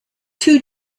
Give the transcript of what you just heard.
two